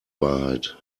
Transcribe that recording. wahrheit